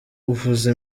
uvuze